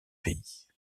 pays